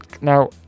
now